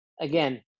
again